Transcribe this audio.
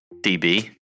DB